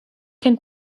can